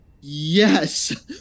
Yes